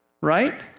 Right